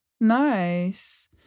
Nice